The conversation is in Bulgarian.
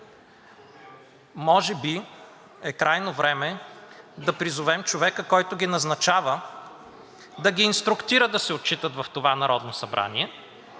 може би е крайно време да призовем човека, който ги назначава, да ги инструктира да се отчитат в това Народно събрание